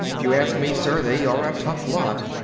if you ask me, sir, they are a tough lot.